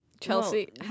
Chelsea